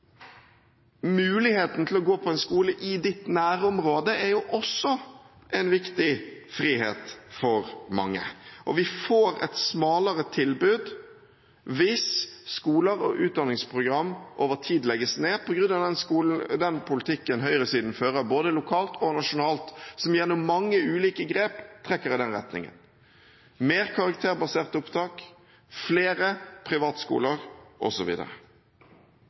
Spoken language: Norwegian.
Muligheten til å kunne gå på en skole i sitt nærområde er jo også en viktig frihet for mange. Vi får et smalere tilbud hvis skoler og utdanningsprogram over tid legges ned på grunn av den politikken høyresiden fører, både lokalt og nasjonalt, og som gjennom mange ulike grep trekker i den retningen: mer karakterbaserte opptak, flere privatskoler